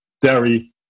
dairy